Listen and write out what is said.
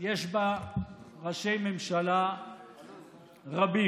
יש בה ראשי ממשלה רבים,